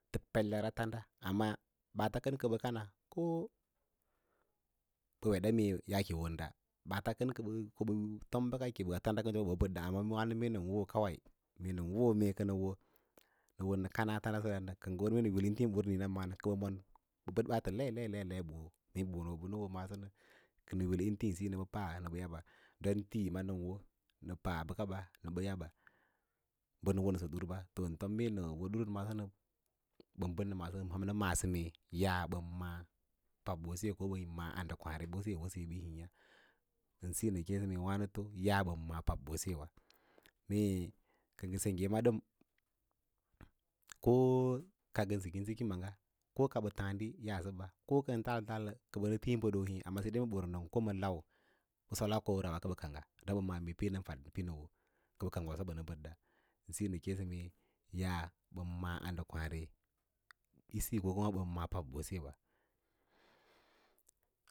Tə peller atanda amma ɓaata kən kə bə kana ko ɓa weɗa mee yaake wonda, ɓaata kən ko bə tom bəkake a tanda kənsi ɓə ɓə ɓədda amma wa’no nə wo kawai, mee nən wowo mee kənə wo nə wo nə kana tandasəra nə nə wo nə kana kə ngə wər mee nə wil intiĩsiyi nə kə bə ma’â kə bə wo kə bəd ɓaatə lai lai lai mee ɓə wo ɓənə hoo maaso nə nə wil imtiĩsiyi nə ɓə pa nə bə yaba don tii nən wo nə pa bəkaba nə yaba bən wonəsə durba. Bən bəd nə maaso amma nə ma’asə ya’a bən maꞌa’ pabbose ko bən ma’a’ an də kwaãrehose yin wosə yi bə hiĩyâwǎ siyo mee ya’a ɓən ma’â pabɓose wa mee kə ngə sengge ma ɗan ko ka ngən sikin siki maga ko ka ɓə taadi ya’asə ba ko kanən taalən taalə kə ɓə nə tiĩ bədoo hê mee ɓə wər nən bəd ham nə solas korawa p kə bə kangga don bə ma’ǎ nən faɗ pənəwo kəɓə kang waso bənə bədɗa siyo nə reẽ sə mee yaꞌa ɓən maꞌà an dəkwaare ko ɓən maꞌ pabɓosewa.